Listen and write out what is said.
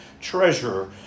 treasure